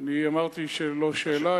אני אמרתי שזו לא שאלה,